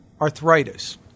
arthritis